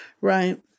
right